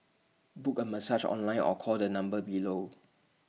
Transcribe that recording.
book A massage online or call the number below